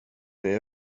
det